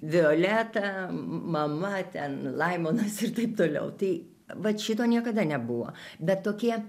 violeta mama ten laimonas ir taip toliau tai vat šito niekada nebuvo bet tokie